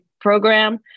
program